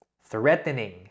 threatening